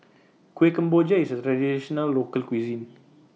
Kueh Kemboja IS A Traditional Local Cuisine